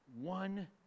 one